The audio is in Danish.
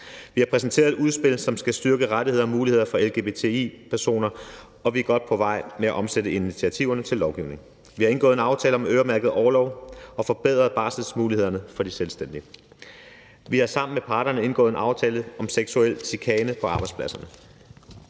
Vi har præsenteret et udspil, som skal styrke rettigheder og muligheder for lgbti-personer, og vi er godt på vej med at omstille initiativerne til lovgivning. Vi har indgået en aftale om øremærket orlov og forbedret barselsmulighederne for de selvstændige. Vi har sammen med parterne indgået en aftale i forhold til seksuel chikane på arbejdspladserne.